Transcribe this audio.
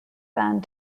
band